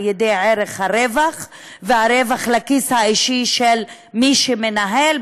על ידי ערך הרווח והרווח לכיס האישי של מי שמנהל,